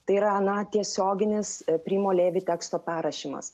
tai yra na tiesioginis primo levi teksto perrašymas